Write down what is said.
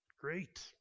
Great